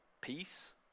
peace